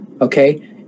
okay